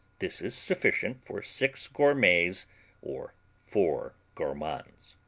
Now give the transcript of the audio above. this is sufficient for six gourmets or four gourmands.